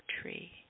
tree